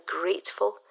grateful